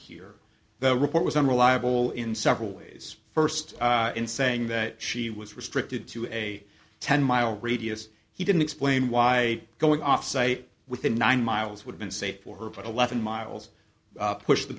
here the report was unreliable in several ways first in saying that she was restricted to a ten mile radius he didn't explain why going off say within nine miles would be unsafe for her but eleven miles pushed the